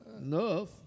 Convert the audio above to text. enough